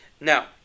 Now